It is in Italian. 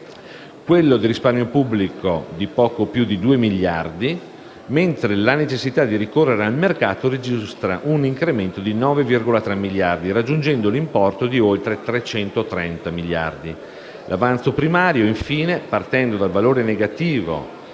quello del risparmio pubblico di poco più di 2 miliardi, mentre la necessità di ricorrere al mercato registra un incremento di 9,3 miliardi, raggiungendo l'importo di oltre 330 miliardi; l'avanzo primario, infine, partendo dal valore negativo